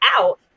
out